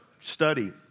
study